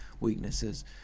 weaknesses